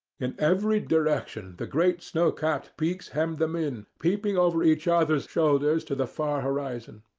in every direction the great snow-capped peaks hemmed them in, peeping over each other's shoulders to the far horizon.